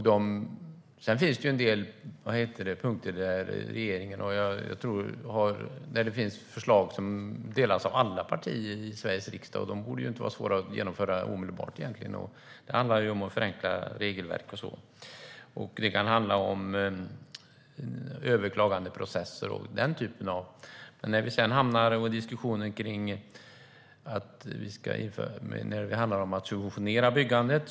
Det finns en del förslag som delas av alla partier i Sveriges riksdag. De borde inte vara svåra att genomföra omedelbart. Det handlar om att förenkla regelverk. Det kan handla om överklagandeprocesser. Sedan finns en diskussion om att subventionera byggandet.